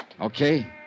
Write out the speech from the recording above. okay